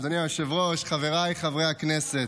אדוני היושב-ראש, חבריי חברי הכנסת,